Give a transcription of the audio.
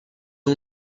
اون